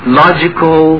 logical